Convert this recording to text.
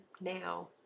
now